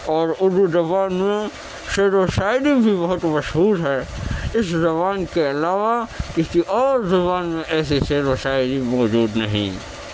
اور اردو زبان میں شعر و شاعری بھی بہت مشہور ہے اس زبان کے علاوہ کسی اور زبان میں ایسی شعر و شاعری موجود نہیں